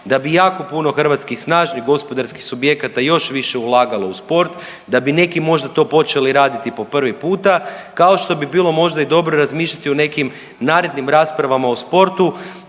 da bi jako puno hrvatskih snažnih gospodarskih subjekata još više ulagalo u sport, da bi neki možda to počeli raditi po prvi puta kao što bi bilo možda i dobro razmisliti o nekim narednim rasprava o sportu